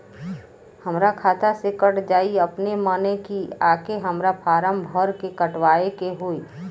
हमरा खाता से कट जायी अपने माने की आके हमरा फारम भर के कटवाए के होई?